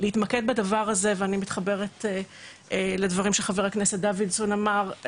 להתמקד בדבר הזה ואני מתחברת לדברים שחבר הכנסת דוידסון אמר,